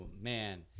man